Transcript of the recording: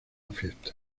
fiesta